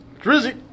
Drizzy